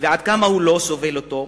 ועד כמה הוא לא סובל אותו.